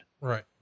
Right